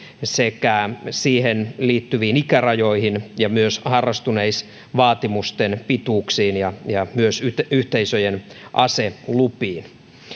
sekä siihen liittyviin ikärajoihin ja myös harrastuneisuusvaatimusten pituuksiin ja ja yhteisöjen aselupiin